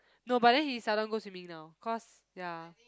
no but then he seldom go swimming now cause ya